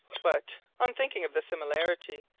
but, on thinking of the similarity,